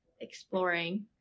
exploring